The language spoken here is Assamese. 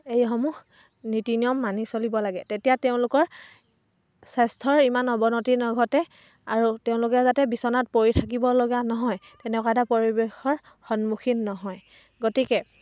এইসমূহ নীতি নিয়ম মানি চলিব লাগে তেতিয়া তেওঁলোকৰ স্বাস্থ্যৰ ইমান অৱনতি নঘটে আৰু তেওঁলোকে যাতে বিচনাত পৰি থাকিব লগা নহয় তেনেকুৱা এটা পৰিৱেশৰ সন্মুখীন নহয় গতিকে